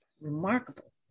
remarkable